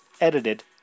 edited